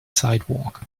sidewalk